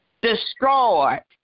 destroyed